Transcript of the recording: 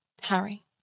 Harry